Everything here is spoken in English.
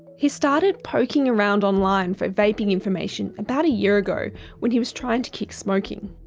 he started poking around online for vaping information about a year ago when he was trying to kick smoking.